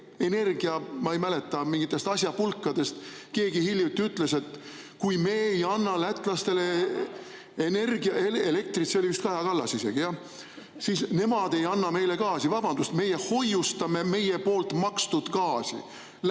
ma ei mäleta, mingitest asjapulkadest keegi hiljuti ütles, et kui me ei anna lätlastele elektrit – see oli vist Kaja Kallas isegi –, siis nemad ei anna meile gaasi. Vabandust, meie hoiustame meie poolt kinnimakstud gaasi